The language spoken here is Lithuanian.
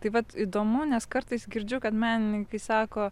tai vat įdomu nes kartais girdžiu kad menininkai sako